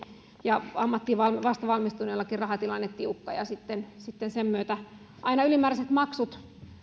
ja ammattiin vasta valmistuneillakin on monesti rahatilanne tiukka ja sitten sitten sen myötä ylimääräisiä maksuja